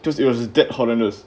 'because it was that horrendous